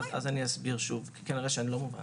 אני אסביר שוב כי כנראה אני לא מובן.